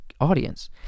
audience